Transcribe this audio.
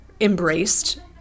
embraced